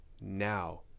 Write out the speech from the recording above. Now